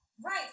Right